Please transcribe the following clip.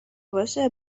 باشه